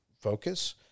focus